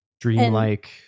Dreamlike